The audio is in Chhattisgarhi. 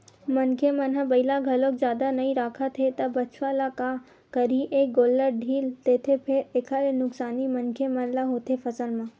मनखे मन ह बइला घलोक जादा नइ राखत हे त बछवा ल का करही ए गोल्लर ढ़ील देथे फेर एखर ले नुकसानी मनखे मन ल होथे फसल म